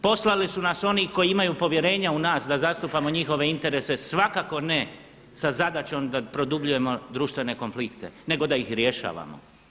Poslali su nas oni koji imaju povjerenja u nas da zastupamo njihove interese, svakako ne sa zadaćom da produbljujemo društvene konflikte nego da ih rješavamo.